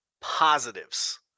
positives